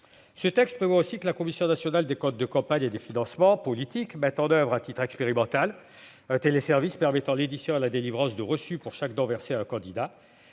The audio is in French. Ce texte prévoit aussi que la Commission nationale des comptes de campagne et des financements politiques mette en oeuvre, à titre expérimental, un téléservice permettant l'édition et la délivrance de reçus pour chaque don versé à un candidat.